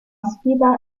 sfida